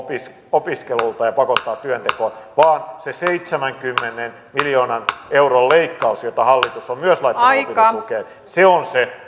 opiskelulta ja pakottaa työntekoon vaan se seitsemänkymmenen miljoonan euron leikkaus jonka hallitus on myös laittanut opintotukeen on se